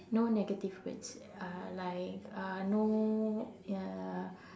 no negative words uh like uh no ya